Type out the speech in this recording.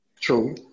True